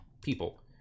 people